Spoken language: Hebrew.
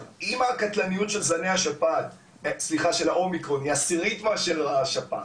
אם הקטלניות של האומיקרון היא עשירית מאשר השפעת,